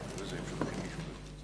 נתקבל.